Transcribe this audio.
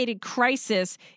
crisis